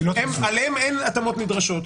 עליהם אין התאמות נדרשות.